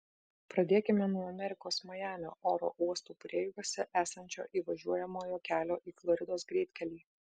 pradėkime nuo amerikos majamio oro uostų prieigose esančio įvažiuojamojo kelio į floridos greitkelį